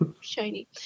Shiny